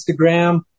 Instagram